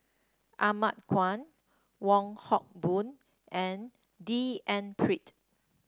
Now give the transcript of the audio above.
Ahmad Khan Wong Hock Boon and D N Pritt